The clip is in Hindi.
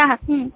ग्राहक हम्म